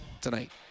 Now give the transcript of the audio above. tonight